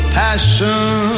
passion